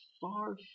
far